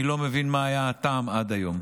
אני לא מבין מה היה הטעם עד היום.